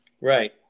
Right